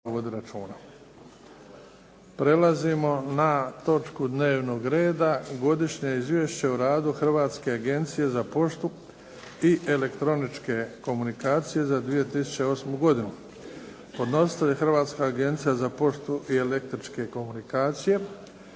Prelazimo na Godišnje izvješće o radu Hrvatske agencije za poštu i elektroničke komunikacije za 2008. godinu, podnositelj Hrvatska agencija za poštu i elektroničke komunikacije.